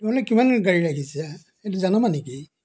তোমালোকে কিমানমান গাড়ী ৰাখিছা এইটো জনাবা নেকি